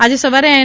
આજે સવારે એન